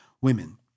women